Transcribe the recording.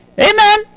Amen